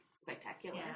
spectacular